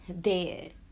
dead